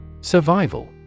Survival